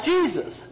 Jesus